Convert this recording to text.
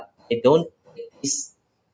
they don't it's